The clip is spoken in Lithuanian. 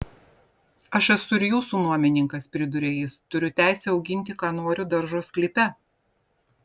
aš esu ir jūsų nuomininkas priduria jis turiu teisę auginti ką noriu daržo sklype